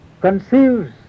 conceives